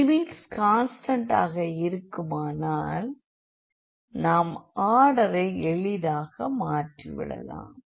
limits கான்ஸ்டண்டாக இருக்குமானால் நாம் ஆர்டரை எளிதாக மாற்றிவிடலாம்